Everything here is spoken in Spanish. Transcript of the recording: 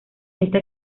esta